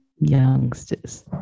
youngsters